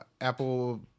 Apple